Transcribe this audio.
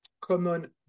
common